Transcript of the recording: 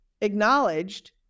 acknowledged